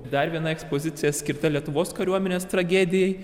dar viena ekspozicija skirta lietuvos kariuomenės tragedijai